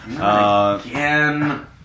again